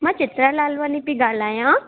मां चित्रा लालवानी पई ॻाल्हायां